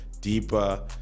deeper